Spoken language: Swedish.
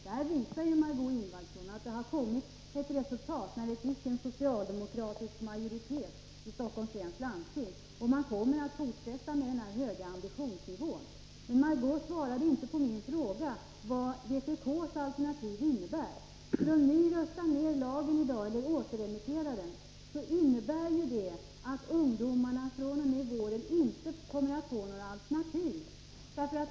Detta visar, Margö Ingvardsson, att det blivit resultat sedan vi fick en socialdemokratisk majoritet i Stockholms läns landsting. Man kommer att fortsätta med denna höga ambitionsnivå. Skulle ni rösta ned lagen i dag eller få förslaget återremitterat innebär det att ungdomarna fr.o.m. våren inte kommer att få några alternativ.